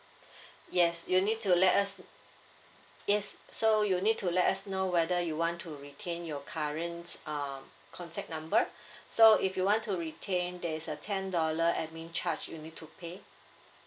yes you need to let us yes so you need to let us know whether you want to retain your current uh contact number so if you want to retain there's a ten dollar admin charge you need to pay